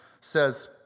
says